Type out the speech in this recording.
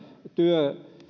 työ